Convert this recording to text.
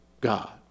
God